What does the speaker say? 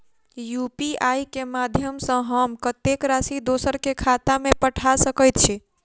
UPI केँ माध्यम सँ हम कत्तेक राशि दोसर केँ खाता मे पठा सकैत छी?